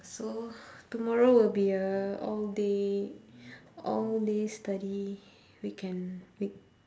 so tomorrow will be a all day all day study weekend week